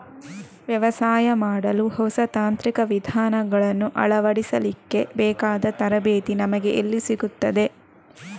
ವ್ಯವಸಾಯ ಮಾಡಲು ಹೊಸ ತಾಂತ್ರಿಕ ವಿಧಾನಗಳನ್ನು ಅಳವಡಿಸಲಿಕ್ಕೆ ಬೇಕಾದ ತರಬೇತಿ ನನಗೆ ಎಲ್ಲಿ ಸಿಗುತ್ತದೆ?